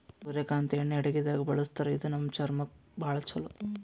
ಸೂರ್ಯಕಾಂತಿ ಎಣ್ಣಿ ಅಡಗಿದಾಗ್ ಬಳಸ್ತಾರ ಇದು ನಮ್ ಚರ್ಮಕ್ಕ್ ಭಾಳ್ ಛಲೋ